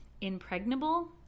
Impregnable